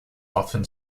often